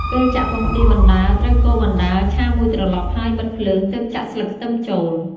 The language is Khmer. ពេលចាក់ពងទាបណ្ដើរ ត្រូវកូរបណ្ដើរ ឆាមួយត្រឡប់ហើយបិទភ្លើងទើបចាក់ស្លឹកខ្ទឹមចូល។